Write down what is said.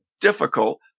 difficult